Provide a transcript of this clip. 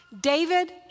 David